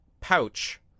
pouch